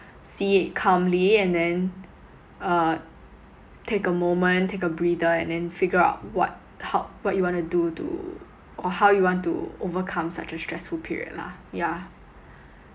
see it calmly and then uh take a moment take a breather and then figure out what ho~ what you want to do to or how you want to overcome such a stressful period lah yeah